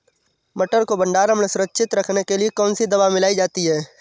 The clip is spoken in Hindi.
मटर को भंडारण में सुरक्षित रखने के लिए कौन सी दवा मिलाई जाती है?